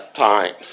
times